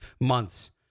months